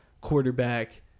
quarterback